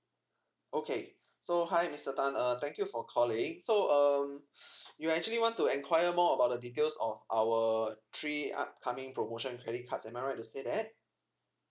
okay so hi mister tan uh thank you for calling so um you actually want to acquire more about the details of our three upcoming promotion credit cards am I right to say that